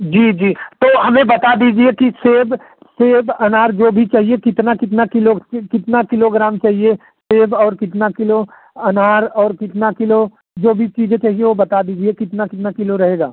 जी जी तो हमें बता दीजिए कि सेब सेब अनार जो भी चाहिए कितना कितना किलो कितना किलोग्राम चाहिए सेब और कितना किलो अनार और कितना किलो जो भी चीज़ें चाहिए वह बता दीजिए कितना कितना किलो रहेगा